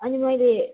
अनि मैले